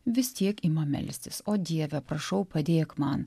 vis tiek ima melstis o dieve prašau padėk man